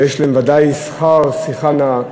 יש להם ודאי שכר שיחה נאה,